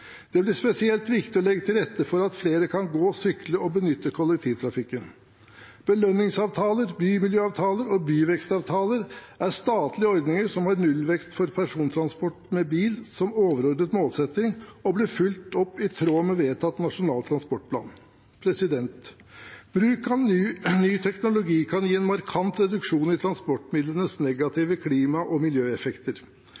Det blir spesielt viktig å legge til rette for at flere kan gå, sykle og benytte kollektivtrafikken. Belønningsavtaler, bymiljøavtaler og byvekstavtaler er statlige ordninger som har nullvekst for persontransport med bil som overordnet målsetting, og blir fulgt opp i tråd med vedtatt nasjonal transportplan. Bruk av ny teknologi kan gi en markant reduksjon i transportmidlenes